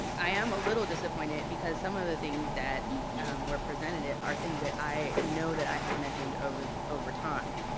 i am a little disappointed because some of the things that were presented ah are things that i know that i have mentioned over over time,